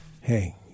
Hey